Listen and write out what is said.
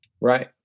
Right